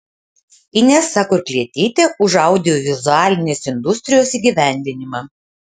inesa kurklietytė už audiovizualinės industrijos įgyvendinimą